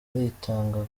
aritanga